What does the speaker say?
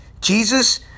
Jesus